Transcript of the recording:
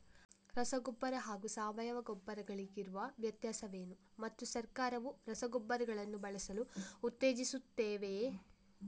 ರಸಗೊಬ್ಬರ ಹಾಗೂ ಸಾವಯವ ಗೊಬ್ಬರ ಗಳಿಗಿರುವ ವ್ಯತ್ಯಾಸವೇನು ಮತ್ತು ಸರ್ಕಾರವು ರಸಗೊಬ್ಬರಗಳನ್ನು ಬಳಸಲು ಉತ್ತೇಜಿಸುತ್ತೆವೆಯೇ?